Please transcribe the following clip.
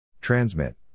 Transmit